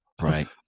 Right